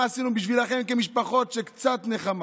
מה עשינו בשבילכם כמשפחות בשביל קצת נחמה.